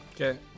Okay